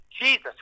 Jesus